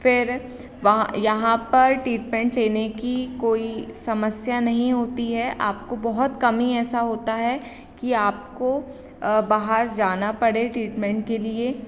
फिर वहाँ यहाँ पर टीटमेंट लेने की कोई समस्या नहीं होती है आपको बहुत कम ही ऐसा होता है कि आपको बाहर जाना पड़े टीटमेंट के लिए